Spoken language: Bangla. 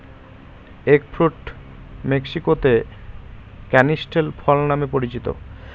এগ ফ্রুট মেক্সিকোতে ক্যানিস্টেল ফল নামে পরিচিত